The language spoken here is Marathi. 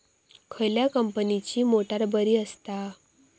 खयल्या कंपनीची मोटार बरी असता?